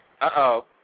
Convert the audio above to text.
Uh-oh